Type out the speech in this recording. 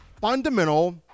fundamental